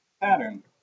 pattern